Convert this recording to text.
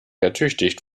ertüchtigt